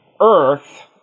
earth